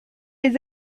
les